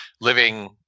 living